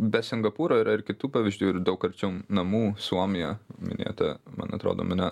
be singapūro yra ir kitų pavyzdžių ir daug arčiau namų suomija minėjote man atrodo mane